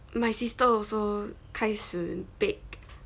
my sister also 开始 bake